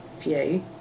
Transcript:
view